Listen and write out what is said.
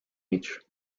each